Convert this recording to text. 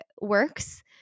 works